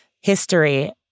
history